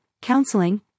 counseling